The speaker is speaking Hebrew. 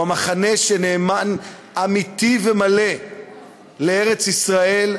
הוא המחנה הנאמן האמיתי והמלא לארץ-ישראל,